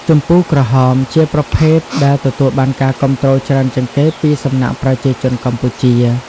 ជម្ពូក្រហម ជាប្រភេទដែលទទួលបានការគាំទ្រច្រើនជាងគេពីសំណាក់ប្រជាជនកម្ពុជា។